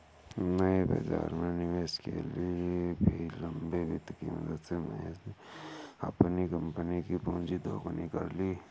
नए बाज़ार में निवेश के लिए भी लंबे वित्त की मदद से महेश ने अपनी कम्पनी कि पूँजी दोगुनी कर ली